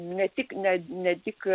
ne tik ne ne tik